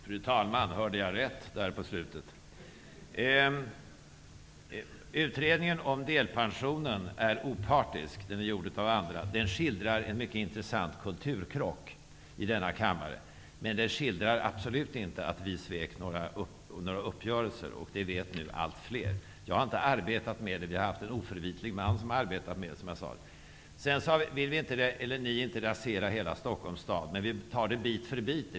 Fru talman! Hörde jag rätt där på slutet? Utredningen om hanteringen av frågan om delpensionen är opartisk. Den är gjord av andra. Den skildrar en mycket intressant kulturkrock i denna kammare. Men den skildrar absolut inte att vi svek några uppgörelser, och det vet nu allt fler. Jag har inte arbetat med den. Det är en oförvitlig man som arbetat med utredningen, som jag tidgare sade. Ni vill inte rasera hela Stockholms stad. Men ni gör det bit för bit.